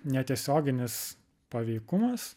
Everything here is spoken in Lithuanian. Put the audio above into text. netiesioginis paveikumas